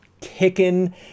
kicking